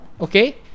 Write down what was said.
okay